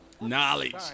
Knowledge